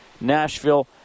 Nashville